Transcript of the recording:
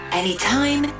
anytime